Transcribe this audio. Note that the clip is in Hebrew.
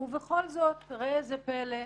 ובכל זאת, ראה זה פלא,